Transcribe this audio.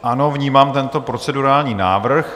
Ano, vnímám tento procedurální návrh.